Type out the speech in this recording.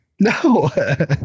no